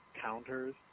counters